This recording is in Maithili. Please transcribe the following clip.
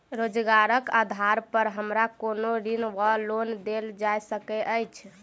रोजगारक आधार पर हमरा कोनो ऋण वा लोन देल जा सकैत अछि?